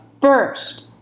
first